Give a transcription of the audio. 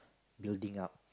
building up